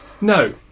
No